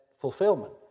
fulfillment